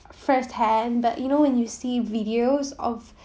first hand but you know when you see videos of